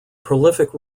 prolific